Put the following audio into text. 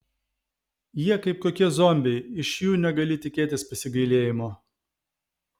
jie kaip kokie zombiai iš jų negali tikėtis pasigailėjimo